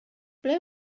ble